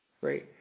Great